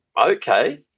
Okay